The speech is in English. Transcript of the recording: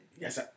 Yes